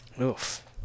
Oof